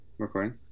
recording